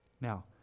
Now